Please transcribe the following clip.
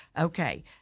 Okay